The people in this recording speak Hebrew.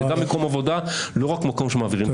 זה גם מקום עבודה, לא רק מקום שמעבירים חוקים.